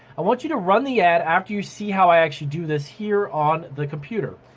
i want you to run the ad after you see how i actually do this here on the computer.